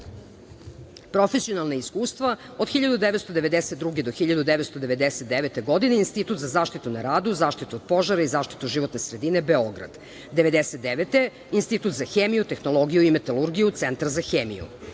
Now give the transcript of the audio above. Beogradu. Profesionalna iskustva: od 1992. do 1999. godine – Institut za zaštitu na radu, zaštitu od požara i zaštitu životne sredine, Beograd; 1999. godine – Institut za hemiju, tehnologiju i metalurgiju, Centar za hemiju. Nagrade